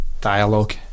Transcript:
dialogue